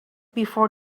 before